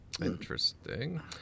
interesting